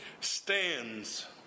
stands